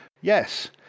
yes